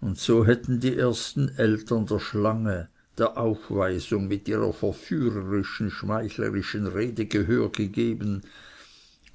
und so hätten die ersten eltern der schlange der aufweisung mit ihrer verführerischen schmeichlerischen rede gehör gegeben